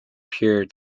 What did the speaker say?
pure